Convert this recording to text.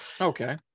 Okay